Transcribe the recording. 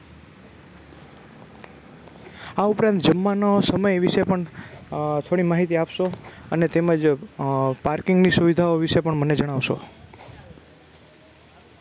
આ ઉપરાંત જમવાનો સમય વિશે પણ થોડી માહિતી આપશો અને તેમજ પાર્કિંગની સુવિધાઓ વિશે પણ મને જણાવશો